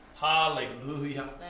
Hallelujah